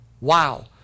Wow